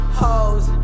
hoes